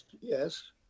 yes